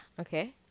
Okay